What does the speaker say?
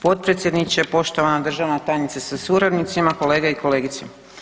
Potpredsjedniče, poštovana državna tajnice sa suradnicima, kolege i kolegice.